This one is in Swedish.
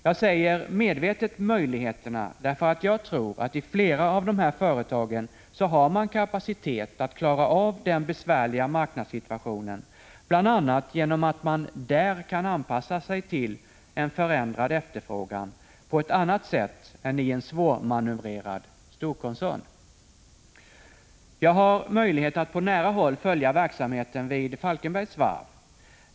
Jag säger medvetet ”möjligheterna”, därför att jag tror att man i flera av företagen har kapacitet att klara av den besvärliga marknadssituationen, bl.a. genom att man där kan anpassa sig till en förändrad efterfrågan på ett annat sätt än i en svårmanövrerad storkoncern. Jag har möjlighet att på nära håll följa verksamheten vid Falkenbergs Varv.